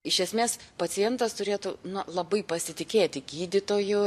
iš esmės pacientas turėtų na labai pasitikėti gydytoju